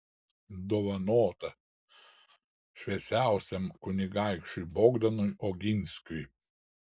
dovanota šviesiausiam kunigaikščiui bogdanui oginskiui